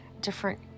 different